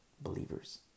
believers